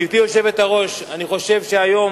גברתי היושבת-ראש, אני חושב שהיום